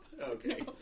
Okay